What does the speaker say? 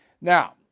Now